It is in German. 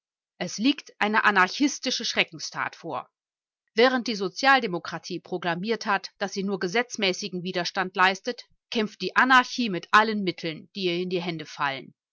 es liegt eine anarchistische schreckenstat vor während die sozialdemokratie proklamiert hat daß sie nur gesetzmäßigen widerstand leistet kämpft die anarchie mit allen mitteln die ihr in die hände fallen